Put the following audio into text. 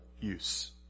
use